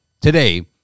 today